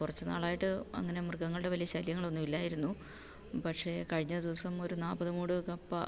കുറച്ചു നാളായിട്ട് അങ്ങനെ മൃഗങ്ങളുടെ വലിയ ശല്യങ്ങളൊന്നുമില്ലായിരുന്നു പക്ഷേ കഴിഞ്ഞ ദിവസം ഒരു നാല്പതു മൂട് കപ്പ